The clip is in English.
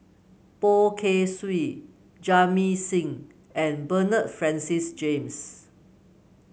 Poh Kay Swee Jamit Singh and Bernard Francis James